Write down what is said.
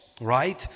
right